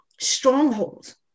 strongholds